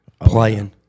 playing